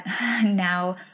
now